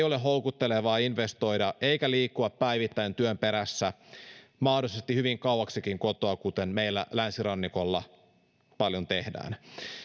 ole houkuttelevaa investoida eikä liikkua päivittäin työn perässä mahdollisesti hyvin kauaksikin kotoa kuten meillä länsirannikolla paljon tehdään